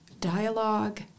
dialogue